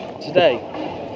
Today